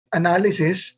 analysis